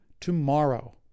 tomorrow